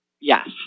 Yes